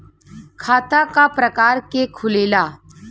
खाता क प्रकार के खुलेला?